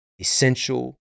essential